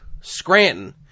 Scranton